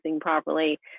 properly